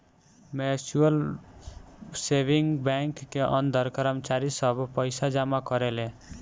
mutual saving bank के अंदर कर्मचारी सब पइसा जमा करेले